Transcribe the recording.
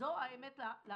זו האמת לאמיתה.